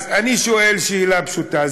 אז אני שואל שאלה פשוטה,